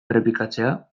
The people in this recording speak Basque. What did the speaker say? errepikatzea